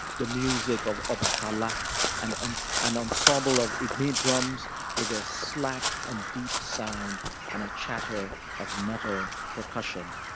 the music of o-ba-at-la and and an ensemble of ignis drums with their slack and deep sound and a chatter of metal percussion.